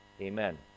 amen